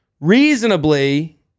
Reasonably